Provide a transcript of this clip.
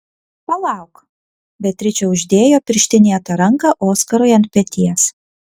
palauk beatričė uždėjo pirštinėtą ranką oskarui ant peties